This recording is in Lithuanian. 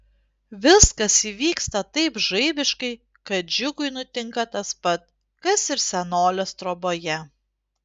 viskas įvyksta taip žaibiškai kad džiugui nutinka tas pat kas ir senolės troboje